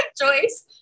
Joyce